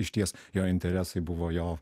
išties jo interesai buvo jo